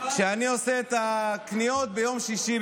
כשאני עושה את הקניות ביום שישי,